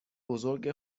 بزرگ